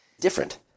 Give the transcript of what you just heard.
different